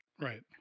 Right